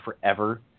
forever